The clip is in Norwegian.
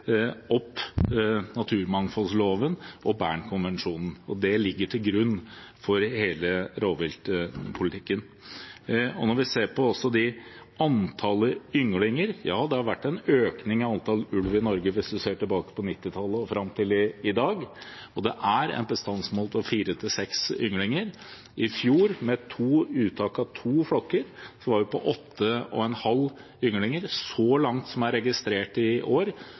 opp naturmangfoldloven og Bernkonvensjonen. Det ligger til grunn for hele rovviltpolitikken. Når vi ser på antallet ynglinger, har det vært en økning i antall ulver i Norge hvis vi ser bakover til 1990-tallet og fram til i dag. Det er et bestandsmål på fire til seks ynglinger. I fjor, med to uttak av to flokker, var det på 8,5 ynglinger. Så langt det er registrert i år,